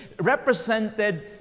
represented